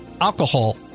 alcohol